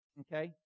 okay